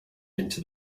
into